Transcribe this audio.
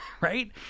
right